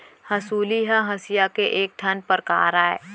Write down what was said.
हँसुली ह हँसिया के एक ठन परकार अय